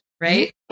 Right